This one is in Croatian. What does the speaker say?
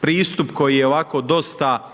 pristup koji je ovako dosta